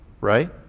right